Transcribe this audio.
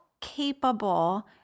capable